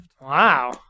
Wow